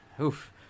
Oof